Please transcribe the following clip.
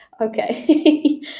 okay